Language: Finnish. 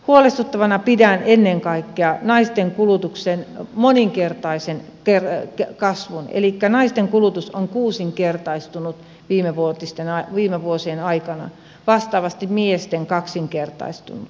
huolestuttavana pidän ennen kaikkea naisten kulutuksen moninkertaista kasvua elikkä naisten kulutus on kuusinkertaistunut viime vuosien aikana vastaavasti miesten kaksinkertaistunut